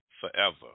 forever